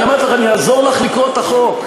אני אומר לך, אני אעזור לקרוא את החוק.